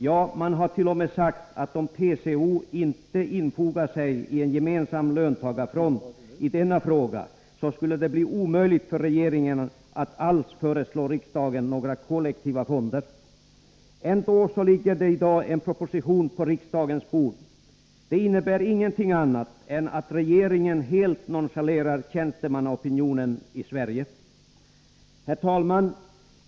Ja, man har t.o.m. sagt att om TCO inte infogar sig i en gemensam ”löntagarfront” i denna fråga, skulle det bli omöjligt för regeringen att alls föreslå riksdagen några kollektiva fonder. Ändå ligger det i dag en proposition på riksdagens bord. Det innebär ingenting annat än att regeringen helt nonchalerar tjänstemannaopinionen i Sverige. Herr talman!